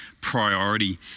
Priority